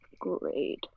Great